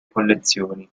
collezioni